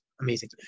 amazing